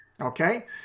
Okay